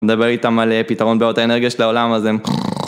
מדבר איתם על פתרון בעיות האנרגיה של העולם אז הם...